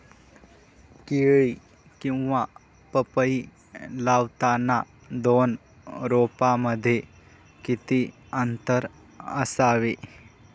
केळी किंवा पपई लावताना दोन रोपांमध्ये किती अंतर असावे?